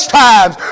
times